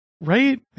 Right